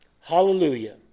Hallelujah